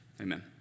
Amen